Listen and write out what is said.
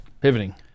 Pivoting